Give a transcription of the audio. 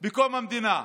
בקום המדינה.